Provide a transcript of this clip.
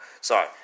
sorry